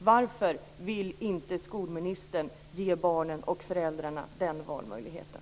Varför vill inte skolministern ge barnen och föräldrarna den valmöjligheten?